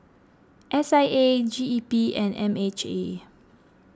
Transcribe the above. S I A G E P and M H A